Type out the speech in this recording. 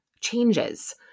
changes